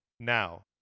Now